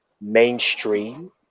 mainstream